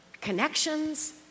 connections